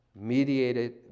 mediated